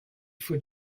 for